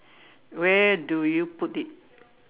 where do you put it